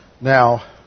Now